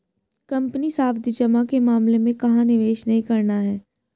Company सावधि जमा के मामले में कहाँ निवेश नहीं करना है?